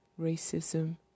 racism